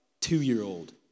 two-year-old